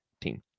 team